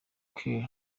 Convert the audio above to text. kill